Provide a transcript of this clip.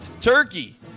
turkey